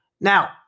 Now